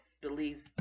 believe